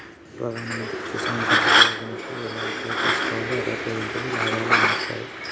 ప్రధాన మంత్రి కిసాన్ సంపద యోజన కి ఎలా అప్లయ్ చేసుకోవాలి? అర్హతలు ఏంటివి? లాభాలు ఏమొస్తాయి?